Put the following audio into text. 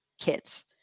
kids